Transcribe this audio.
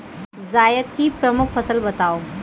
जायद की प्रमुख फसल बताओ